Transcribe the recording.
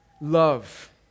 Love